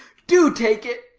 do take it,